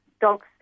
dogs